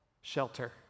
shelter